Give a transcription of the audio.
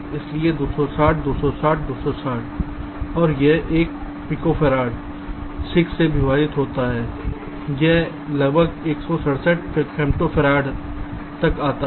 इसलिए 260 260 260 और यह 1 पिकोफैराड 6 से विभाजित होता है यह लगभग 167 फेम्टो फैरड तक आता है